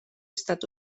estat